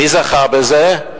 מי זכה בזה?